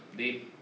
they